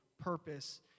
purpose